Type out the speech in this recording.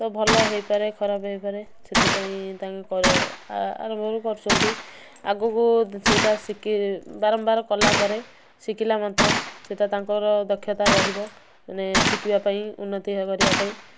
ତ ଭଲ ହେଇପାରେ ଖରାପ ହେଇପାରେ ସେଥିପାଇଁ ତାଙ୍କର ଆରମ୍ଭରୁ କରୁଛନ୍ତି ଆଗକୁ ସେଇଟା ଶିଖି ବାରମ୍ବାର କଲାପରେ ଶିଖିଲା ମାତ୍ରେ ସେଇଟା ତାଙ୍କର ଦକ୍ଷତା ରହିବ ମାନେ ଶିଖିବା ପାଇଁ ଉନ୍ନତି କରିବାପାଇଁ